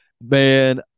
man